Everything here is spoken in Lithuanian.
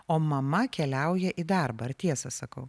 o mama keliauja į darbą ar tiesą sakau